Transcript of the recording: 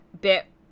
bit